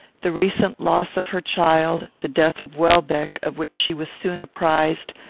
the recent loss of her child, the death of welbeck, of which she was soon apprized,